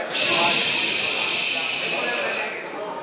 אחמד טיבי,